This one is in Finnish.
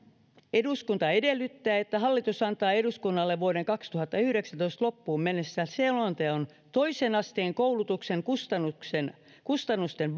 eduskunta edellyttää että hallitus antaa eduskunnalle vuoden kaksituhattayhdeksäntoista loppuun mennessä selonteon toisen asteen koulutuksen kustannusten kustannusten